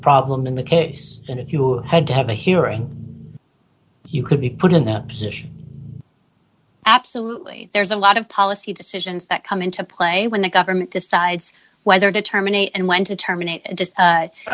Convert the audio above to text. problem in the case and if you had to have a hearing you could be put in that position absolutely there's a lot of policy decisions that come into play when the government decides whether to terminate and when to terminate